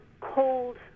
cold